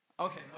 Okay